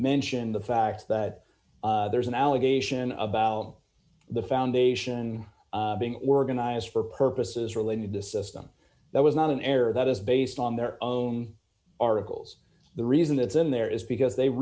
mention the fact that there is an allegation about the foundation being organized for purposes related to a system that was not an error that is based on their own articles the reason it's in there is because they